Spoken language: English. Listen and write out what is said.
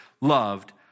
loved